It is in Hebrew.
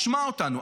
שמע אותנו.